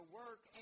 work